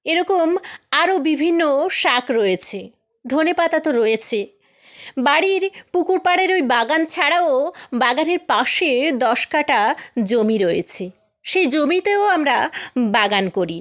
এরকম আরও বিভিন্ন শাক রয়েছে ধনে পাতা তো রয়েছে বাড়ির পুকুর পাড়ের ওই বাগান ছাড়াও বাগানের পাশে দশ কাঠা জমি রয়েছে সেই জমিতেও আমরা বাগান করি